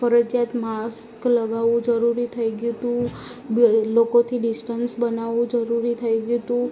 ફરજિયાત માસ્ક લગાવવું જરૂરી થઈ ગયું હતું બે લોકોથી ડિસ્ટન્સ બનાવવું જરૂરી થઈ ગયું હતું